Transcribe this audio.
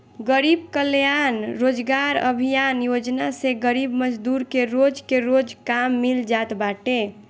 गरीब कल्याण रोजगार अभियान योजना से गरीब मजदूर के रोज के रोज काम मिल जात बाटे